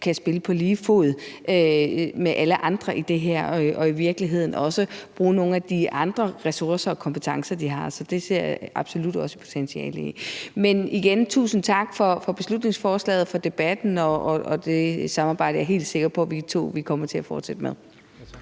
kan spille på lige fod med alle andre, og at de i virkeligheden også kan bruge nogle af de andre ressourcer og kompetencer, de har. Så det ser jeg absolut også et potentiale i. Men igen tusind tak for beslutningsforslaget og for debatten og det samarbejde, som jeg er helt sikker på at vi to kommer til at fortsætte med.